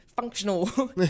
functional